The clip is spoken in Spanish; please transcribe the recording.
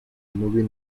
movie